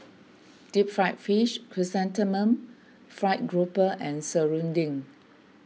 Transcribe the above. Deep Fried Fish Chrysanthemum Fried Grouper and Serunding